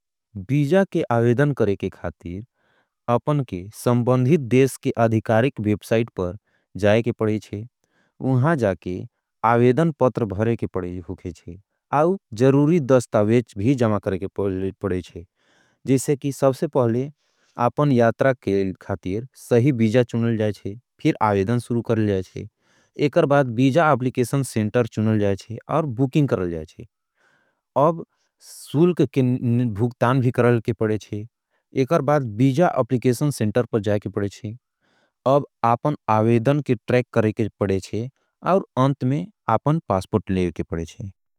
बीजा के आवेदन करेके खातीर अपन के संबन्धी देश के अधिकारिक वेपसाइट पर जाय के पड़ेंचे। उहां जाके आवेदन पत्र भरेके खुखेचे। आव जरूरी दस्तावेच भी जमा करेके पड़ेचे। जिसे की सबसे पहले आपन यात्रा के खातीर सही ब भुखतान भी करेके पड़ेचे। एकर बाद बीजा अप्रिकेशन सेंटर पर जाय के पड़ेचे। अब आपन आवेदन के ट्रेक करेके पड़ेचे। और अंत में आपन पास्पोर्ट लेव के पड़ेचे।